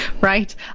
Right